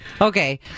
Okay